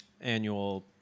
annual